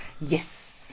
yes